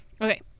Okay